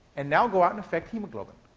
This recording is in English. and now go out and affect hemoglobin.